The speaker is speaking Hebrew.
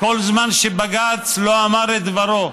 כל זמן שבג"ץ לא אמר את דברו.